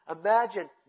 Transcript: Imagine